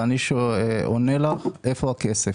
ואני עונה לך: איפה הכסף?